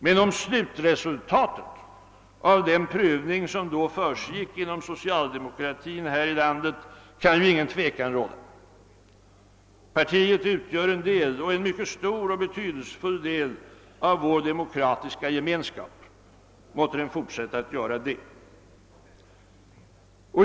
Men om slutresultatet av den prövning som då försiggick inom socialdemokratin här i landet kan inget tvivel råda. Partiet utgör en del — och en mycket stor och betydelsefull del — av vår demokratiska gemenskap. Måtte den fortsätta att göra det!